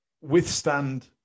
withstand